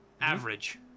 average